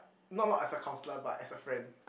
not not as a counsellor but as a friend